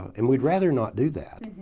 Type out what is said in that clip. and we'd rather not do that.